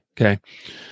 Okay